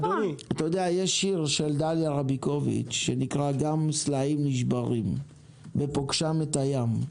יש שיר של דליה רביקוביץ' שנקרא: גם סלעים נשברים בפוגשם את הים,